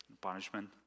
punishment